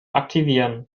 aktivieren